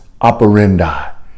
operandi